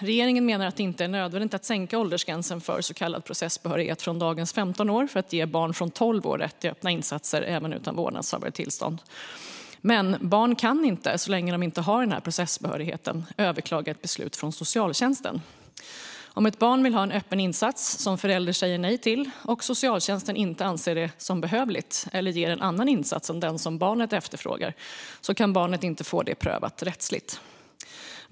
Regeringen menar att det inte är nödvändigt att sänka åldersgränsen för så kallad processbehörighet från dagens 15 år för att ge barn från 12 år rätt till öppna insatser även utan vårdnadshavares tillstånd. Men så länge barn inte har denna processbehörighet kan de inte överklaga ett beslut från socialtjänsten. Om ett barn vill ha en öppen insats som en förälder säger nej till och som socialtjänsten inte anser är behövlig, eller om socialtjänsten ger en annan insats än den som barnet efterfrågar, kan barnet inte få detta prövat rättsligt.